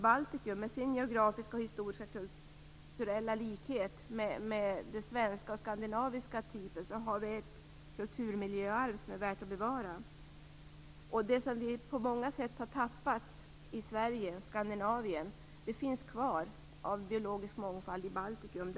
I Baltikum, med sin geografiska och historiskt kulturella likhet med den svenska och skandinaviska typen, har vi ett kulturmiljöarv som är värt att bevara. Den biologiska mångfald som vi har tappat på många sätt i Sverige och Skandinavien finns kvar i Baltikum.